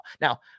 Now